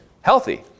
healthy